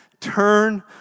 turn